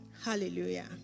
Hallelujah